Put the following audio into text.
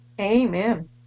Amen